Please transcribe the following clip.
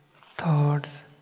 thoughts